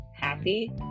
happy